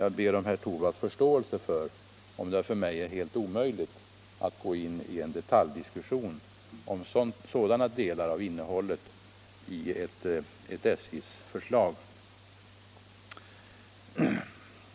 Jag ber om herr Torwalds förståelse för att det för mig är helt omöjligt att gå in i en detaljdiskussion om sådana delar av innehållet i ett SJ-förslag.